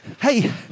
Hey